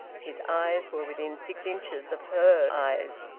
his eyes were within six inches of her eyes,